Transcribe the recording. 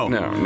no